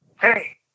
Hey